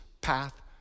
path